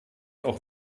auch